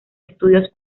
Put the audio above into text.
estudios